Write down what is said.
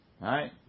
Right